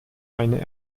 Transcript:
eine